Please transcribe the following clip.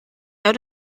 out